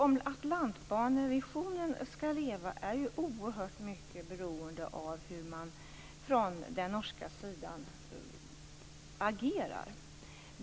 Om Atlantbanevisionen skall leva är oerhört mycket beroende av hur man agerar på den norska sidan.